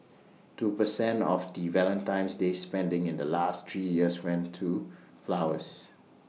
two percent of the Valentine's day spending in the last three years went to flowers